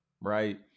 right